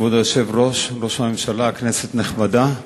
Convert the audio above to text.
כבוד היושב-ראש, ראש הממשלה, כנסת נכבדה,